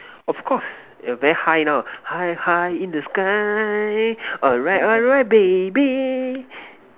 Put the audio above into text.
of course err very high now high high in the sky alright alright baby